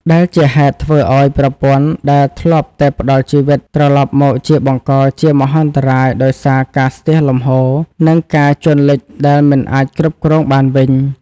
ដែលជាហេតុធ្វើឱ្យប្រព័ន្ធដែលធ្លាប់តែផ្ដល់ជីវិត ត្រឡប់មកជាបង្កជាមហន្តរាយដោយសារការស្ទះលំហូរ និងការជន់លិចដែលមិនអាចគ្រប់គ្រងបានវិញ។